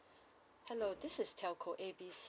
hello this is telco A B C